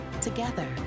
Together